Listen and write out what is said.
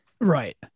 right